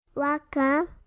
Welcome